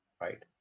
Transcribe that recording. right